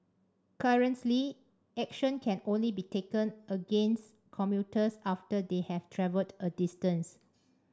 currently action can only be taken against commuters after they have travelled a distance